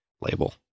label